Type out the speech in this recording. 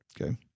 Okay